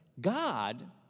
God